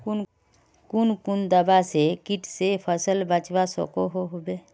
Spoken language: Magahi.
कुन कुन दवा से किट से फसल बचवा सकोहो होबे?